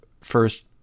first